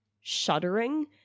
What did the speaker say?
shuddering